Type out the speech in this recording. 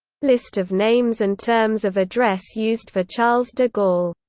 list of names and terms of address used for charles de gaulle